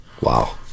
wow